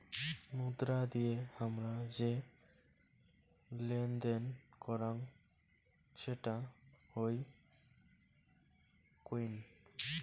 মুদ্রা দিয়ে হামরা যে লেনদেন করাং সেটা হই কোইন